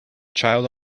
child